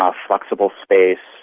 ah flexible space,